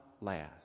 last